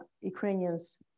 Ukrainians